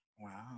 Wow